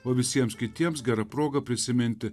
o visiems kitiems gera proga prisiminti